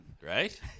right